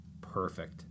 Perfect